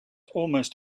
almost